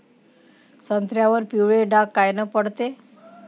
संत्र्यावर पिवळे डाग कायनं पडते?